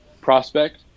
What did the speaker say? prospect